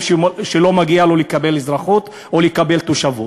שלא מגיע להם לקבל אזרחות או לקבל תושבות,